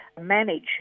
manage